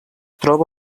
troba